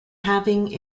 having